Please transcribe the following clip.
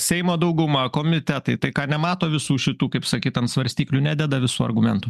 seimo dauguma komitetai tai ką nemato visų šitų kaip sakyt ant svarstyklių nededa visų argumentų